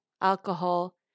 alcohol